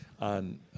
on